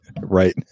right